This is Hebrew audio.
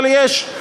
אבל יש,